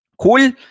Cool